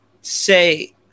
say